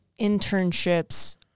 internships